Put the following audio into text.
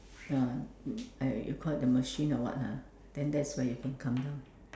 uh I I you call it the machine or what ah then that's when you can come down